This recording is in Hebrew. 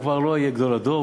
הוא כבר לא יהיה גדול הדור,